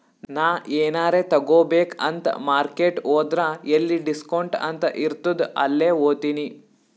ನಾ ಎನಾರೇ ತಗೋಬೇಕ್ ಅಂತ್ ಮಾರ್ಕೆಟ್ ಹೋದ್ರ ಎಲ್ಲಿ ಡಿಸ್ಕೌಂಟ್ ಅಂತ್ ಇರ್ತುದ್ ಅಲ್ಲೇ ಹೋತಿನಿ